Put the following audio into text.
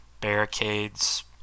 barricades